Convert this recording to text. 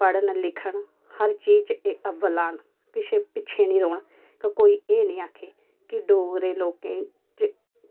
पढ़न लिखन हर चीज़ च अब्बल औन किश पिच्छें नी रौह्ना फिर कोई एह् नी आक्खै कि डोगरे लोकें च